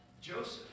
Joseph